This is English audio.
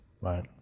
Right